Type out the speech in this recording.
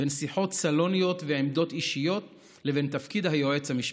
בין שיחות סלוניות ועמדות אישיות לבין תפקיד היועץ המשפטי.